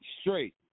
straight